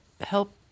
help